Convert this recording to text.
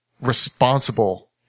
responsible